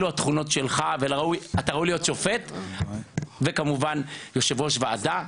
אלו התכונות שלך ואתה ראוי להיות שופט וכמובן יושב-ראש ועדה.